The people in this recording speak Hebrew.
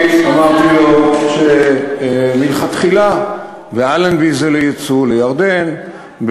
אני אמרתי שמלכתחילה באלנבי זה לגבי ייצוא לירדן,